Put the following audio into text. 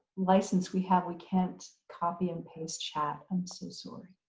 license we have, we can't copy and paste chat. i'm so sorry.